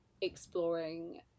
exploring